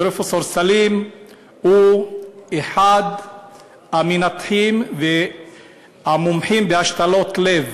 פרופסור סלים הוא אחד המנתחים המומחים בהשתלות לב